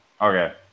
Okay